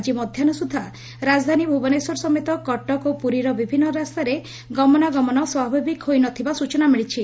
ଆକି ମଧ୍ୟାହୁ ସୁଦ୍ଧା ରାଜଧାନୀ ଭୁବନେଶ୍ୱର ସମେତ କଟକ ଓ ପୁରୀର ବିଭିନ୍ ରାସ୍ତାରେ ଗମନାଗମନ ସ୍ୱାଭାବିକ ହୋଇ ନ ଥିବା ସୂଚନା ମିଳିଛି